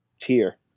tier